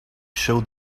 show